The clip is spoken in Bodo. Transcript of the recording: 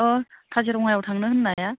अ काजिरङायाव थांनो होन्नाया